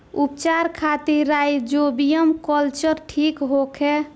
उपचार खातिर rhizobium culture ठीक होखे?